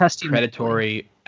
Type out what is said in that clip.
predatory